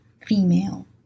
female